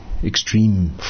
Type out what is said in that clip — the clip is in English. Extreme